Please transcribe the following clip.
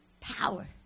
power